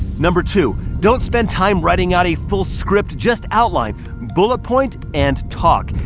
number two, don't spend time writing out a full script. just outline bullet point and talk.